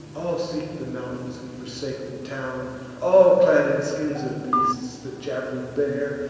all seek the mountains, and forsake the town all, clad in skins of beasts, the jav'lin bear,